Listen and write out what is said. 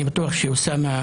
אני בטוח שאוסאמה,